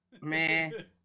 Man